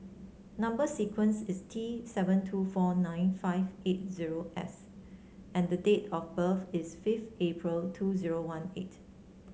number sequence is T seven two four nine five eight zero S and the date of birth is fifth April two zero one eight